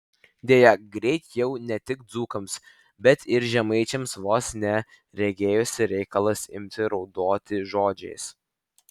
deja greit jau ne tik dzūkams bet ir žemaičiams vos ne regėjosi reikalas imti raudoti žodžiais